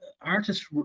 artists